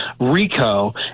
Rico